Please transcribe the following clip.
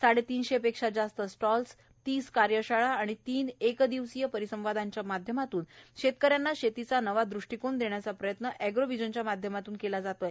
साडेतीनशे पेक्षा जास्त स्टाल्स तीस कार्यशाळा आणि तीन एक दिवसीय परिसंवादाच्या माध्यमातून शेतकऱ्यांना शेतीचं नवा दृष्टीकोन देण्याचा प्रयत्न अँग्रो व्हिजनच्या माध्यमातून केला जात आहे